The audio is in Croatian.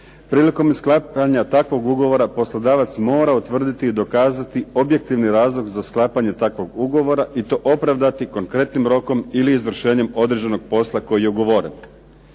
Prilikom sklapanja takvog ugovora poslodavac mora utvrditi i dokazati objektivni razlog za sklapanje takvog ugovora, i to opravdati konkretnim rokom ili izvršenjem određenog posla koji je ugovoren.